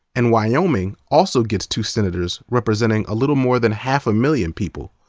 and wyoming also gets two senators representing a little more than half a million people,